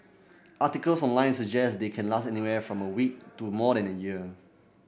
articles online suggest they can last anywhere from a week to more than a year